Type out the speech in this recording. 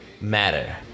matter